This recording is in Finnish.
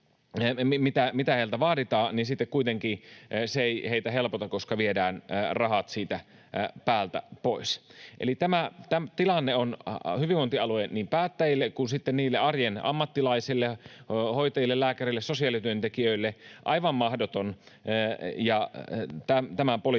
mitä heiltä vaaditaan, niin sitten kuitenkaan se ei heitä helpota, koska viedään rahat siitä päältä pois. Eli tilanne on hyvinvointialueilla niin päättäjille kuin niille arjen ammattilaisille — hoitajille, lääkäreille, sosiaalityöntekijöille — aivan mahdoton. Tämän politiikan